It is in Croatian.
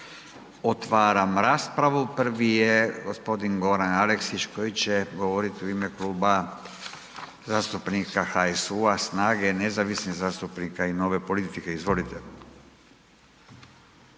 Otvaram raspravu. Prvi je gospodin Goran Aleksić koji će govoriti u ime Kluba zastupnika HSU-SNAGA-nezavisnih zastupnika i Nove politike. Izvolite.